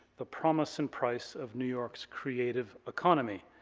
the promise and price of new york's creative economy,